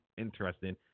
interesting